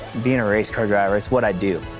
being a race car driver is what i do.